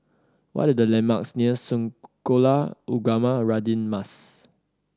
what are the landmarks near Sekolah Ugama Radin Mas